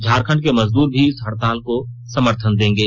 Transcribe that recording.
झारखंड के मजदूर भी इस हड़ताल को समर्थन देंगे